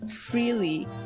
freely